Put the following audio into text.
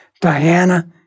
Diana